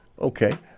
Okay